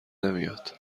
نمیاد